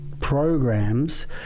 Programs